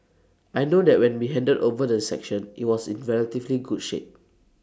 I know that when we handed over the section IT was in relatively good shape